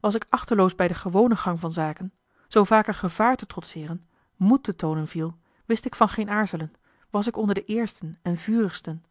was ik achteloos bij den gewonen gang van zaken zoo vaak er gevaar te trotseeren moed te toonen viel wist ik van geen aarzelen was ik onder de eersten en vurigsten